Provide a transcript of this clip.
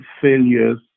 failures